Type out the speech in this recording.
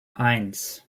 eins